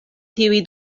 tiuj